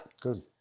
Good